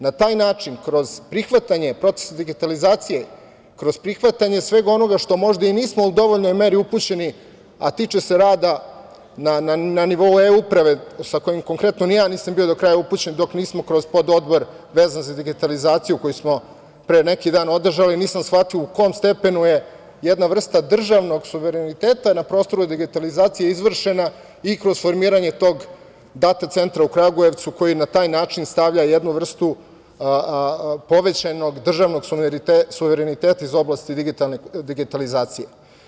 Na taj način kroz prihvatanje procesa digitalizacije, kroz prihvatanje svega onoga što možda i nismo u dovoljnoj meri upućeni, a tiče se rada na nivou eUprave sa kojim konkretno i ja nisam bio do kraja upućen dok nismo kroz pododbor vezan za digitalizaciju koji smo pre neki dan održali nisam shvatio u kom stepenu je jedna vrsta državnog suvereniteta na prostoru digitalizacije izvršena i kroz formiranje tog Data centra u Kragujevcu koji na taj način stavlja jednu vrstu povećanog državnog suvereniteta iz oblasti digitalizacije.